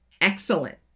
excellent